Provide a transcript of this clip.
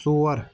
ژور